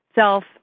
self